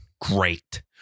great